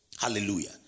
Hallelujah